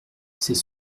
c’est